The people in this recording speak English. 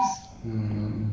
the